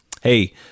Hey